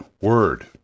word